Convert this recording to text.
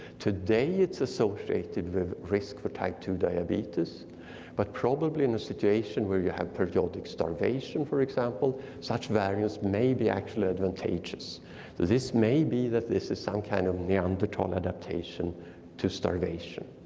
today, it's associated with risk for type two diabetes but probably in a situation where you have periodic starvation, for example, such variance may be actually advantageous. so this may be that this is some kind of neanderthal adaptation to starvation.